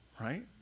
right